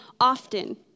often